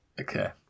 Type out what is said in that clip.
Okay